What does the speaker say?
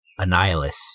Annihilus